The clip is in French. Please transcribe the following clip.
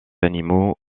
animaux